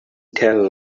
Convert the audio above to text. tell